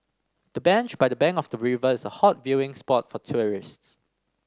the bench by the bank of the river is a hot viewing spot for tourists